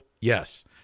Yes